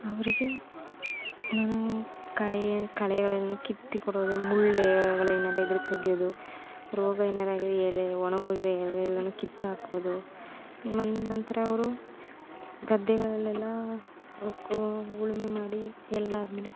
ಅವರಿಗೆ ನಾನು ಕಳೆಯ ಕಳೆಗಳನ್ನು ಕಿತ್ತು ಕೊಡುವುದು ಮುಳ್ಳುಗಳೇನಾದರೂ ಇದ್ದರೆ ತೆಗೆಯೋದು ರೋಗ ಏನಾರಾಗಿದ್ರೆ ಎಲೆ ಒಣಗೋಗಿರೊ ಎಲೆ ಎಲ್ಲನೂ ಕಿತ್ತಾಕೋದು ಮನೆ ನಂತರ ಅವರು ಗದ್ದೆಗಳಲ್ಲೆಲ್ಲ ಉತ್ತಿ ಉಳುಮೆ ಮಾಡಿ ಎಲ್ಲ ಆದ್ಮೇಲೆ